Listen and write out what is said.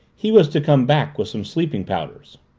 he was to come back with some sleeping-powders.